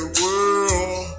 world